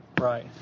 Right